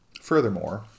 Furthermore